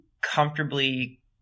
comfortably